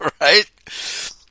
right